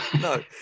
No